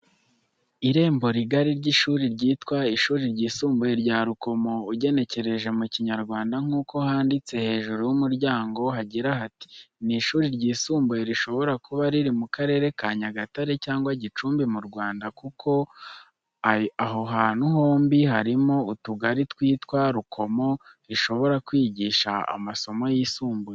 Irembo rigari ry’ishuri ryitwa ishuri ryisumbuye rya Rukomo ugenekereje mu kinyarwanda nk'uko handitse hejuru y’umuryango hagira hati. Ni ishuri ryisumbuye, rishobora kuba riri mu Karere ka Nyagatare cyangwa Gicumbi mu Rwanda kuko ayo hantu yombi harimo utugari twitwa Rukomo rishobora kwigisha amasomo yisumbuye.